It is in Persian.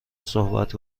صحبت